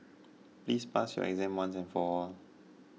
please pass your exam once and for all